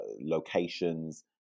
locations